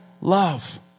love